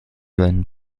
rennen